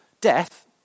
death